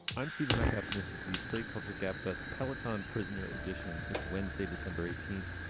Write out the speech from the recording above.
i'm stephen metcalf and this is the slate culture gabfest pellington prisoner edition. it's wednesday, december eighteenth,